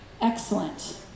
Excellent